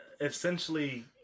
essentially